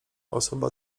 osoba